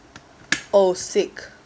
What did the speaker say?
oh sick